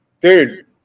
Dude